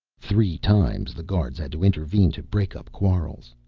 three times the guards had to intervene to break up quarrels.